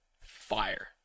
fire